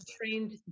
trained